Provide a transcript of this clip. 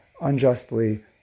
unjustly